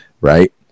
right